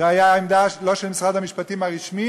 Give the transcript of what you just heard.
זו הייתה עמדה לא של משרד המשפטים הרשמי